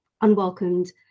unwelcomed